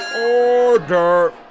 Order